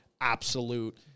absolute